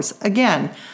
Again